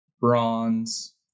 bronze